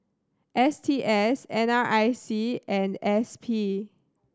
S T S N R I C and S P